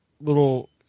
little –